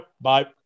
Bye